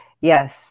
Yes